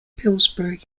pillsbury